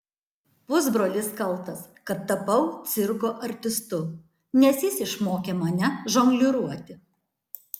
pusbrolis kaltas kad tapau cirko artistu nes jis išmokė mane žongliruoti